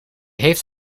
heeft